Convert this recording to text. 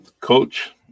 Coach